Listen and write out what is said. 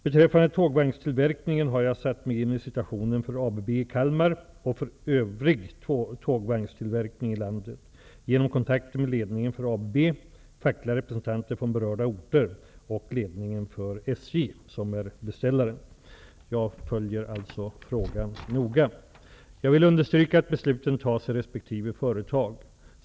Beträffande tågvagnstillverkningen har jag satt mig in i situationen för ABB i Kalmar och för övrig tågvagnstillverkning i landet genom kontakter med ledningen för ABB, fackliga representanter från berörda orter och ledningen för SJ, som är beställare. Jag följer alltså frågan noga. Jag vill understryka att besluten tas i resp. företag.